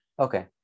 okay